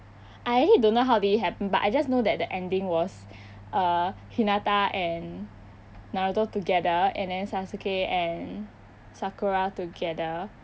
I actually don't know how did it happen but I just know that the ending was uh hinata and naruto together and then sasuke and sakura together